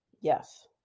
Yes